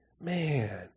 Man